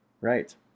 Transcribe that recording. Right